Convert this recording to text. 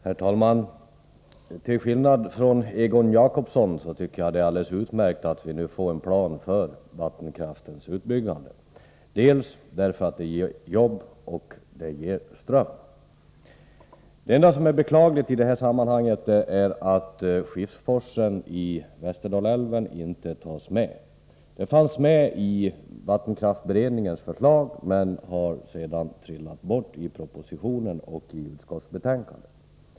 Herr talman! Till skillnad från Egon Jacobsson tycker jag att det är alldeles utmärkt att vi nu får en plan för vattenkraftsutbyggnaden, dels därför att det ger arbeten, dels därför att det ger ström. Det enda beklagliga i detta sammanhang är att Skifsforsen i Västerdalälven inte tas med. Skifsforsen fanns med i vattenkraftsberedningens förslag, men har sedan försvunnit ur propositionen och utskottsbetänkandet.